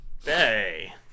Hey